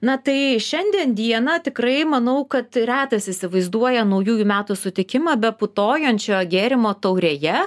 na tai šiandien dieną tikrai manau kad retas įsivaizduoja naujųjų metų sutikimą be putojančio gėrimo taurėje